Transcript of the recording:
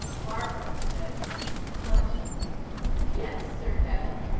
barbara said but yes, sir kenneth,